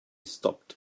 stopped